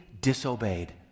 disobeyed